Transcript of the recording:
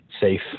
safe